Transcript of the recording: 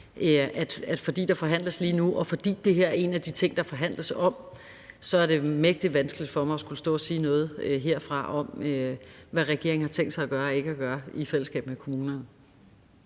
fordi der forhandles lige nu, og fordi det her er en af de ting, der forhandles om, så er det mægtig vanskeligt for mig at skulle stå og sige noget herfra om, hvad regeringen har tænkt sig at gøre og ikke at gøre i fællesskab med kommunerne.